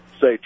say